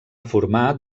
formar